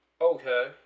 okay